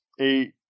eight